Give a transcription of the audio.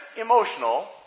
emotional